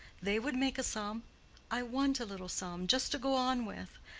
they would make a sum i want a little sum just to go on with.